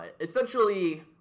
Essentially